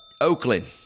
Oakland